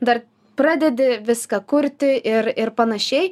dar pradedi viską kurti ir ir panašiai